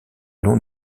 long